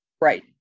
Right